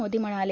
मोदी म्हणाले